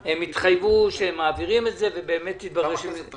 הם התחייבו שהם מעבירים את זה ובאמת התברר -- כמה כסף,